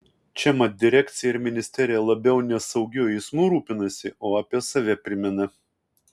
čia mat direkcija ir ministerija labiau ne saugiu eismu rūpinasi o apie save primena